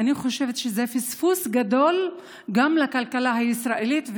אני חושבת שזה פספוס גדול לכלכלה הישראלית,